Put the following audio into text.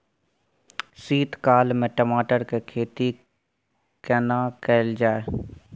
शीत काल में टमाटर के खेती केना कैल जाय?